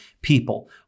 people